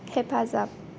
हेफाजाब